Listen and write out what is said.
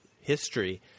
history